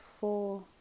four